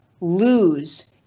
lose